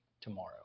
tomorrow